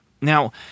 Now